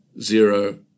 zero